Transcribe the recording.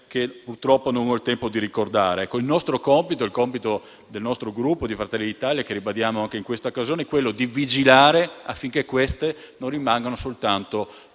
che purtroppo non ho il tempo di ricordare. Il nostro compito, il compito del nostro Gruppo Fratelli d'Italia, che ribadiamo anche in questa occasione, è vigilare affinché le sue non rimangono soltanto